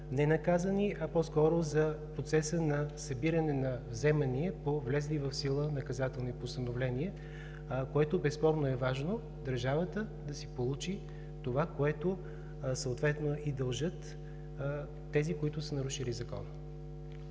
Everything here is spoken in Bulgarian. ненаказани, а по-скоро за процеса на събиране на вземания по влезли в сила наказателни постановления, което безспорно е важно – държавата да си получи това, което съответно й дължат тези, които са нарушили закона.